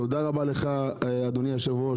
תודה רבה לך, אדוני היושב-ראש.